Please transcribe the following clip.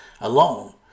alone